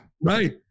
Right